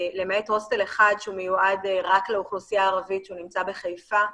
למעט הוסטל אחד שהוא מיועד רק לאוכלוסייה הערבית שהוא נמצא בחיפה,